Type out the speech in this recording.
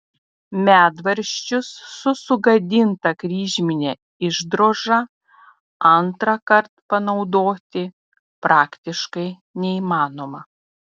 medvaržčius su sugadinta kryžmine išdroža antrąkart panaudoti praktiškai neįmanoma